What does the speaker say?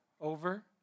over